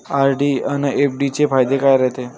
RD अन FD चे फायदे काय रायते?